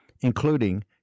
including